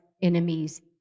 enemies